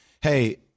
hey